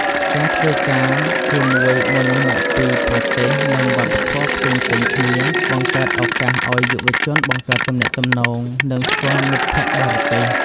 ការធ្វើការជាមួយមនុស្សមកពីប្រទេស និងវប្បធម៌ផ្សេងៗគ្នា បង្កើតឱកាសឱ្យយុវជនបង្កើតទំនាក់ទំនង និងស្គាល់មិត្តភក្តិបរទេស។